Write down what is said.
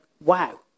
wow